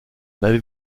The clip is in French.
n’avez